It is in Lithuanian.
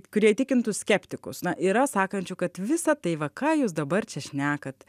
kurie įtikintų skeptikus na yra sakančių kad visa tai va ką jūs dabar čia šnekat